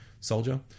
soldier